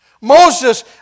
Moses